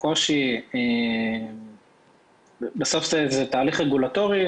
קושי, בסוף זה תהליך רגולטורי.